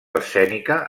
escènica